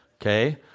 okay